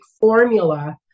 formula